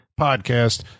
podcast